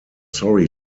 sorry